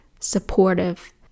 supportive